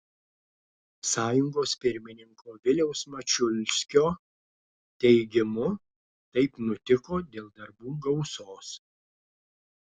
sąjungos pirmininko viliaus mačiulskio teigimu taip nutiko dėl darbų gausos